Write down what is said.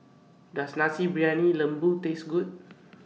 Does Nasi Briyani Lembu Taste Good